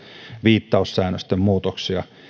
viittaussäännösten muutoksia